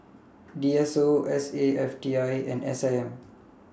D S O S A F T I and S I M